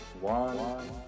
one